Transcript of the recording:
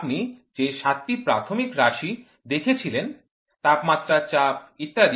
আপনি যে সাতটি প্রাথমিক রাশি দেখেছিলেন তাপমাত্রা চাপ ইত্যাদি